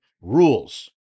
rules